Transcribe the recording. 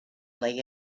lay